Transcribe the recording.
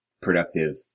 productive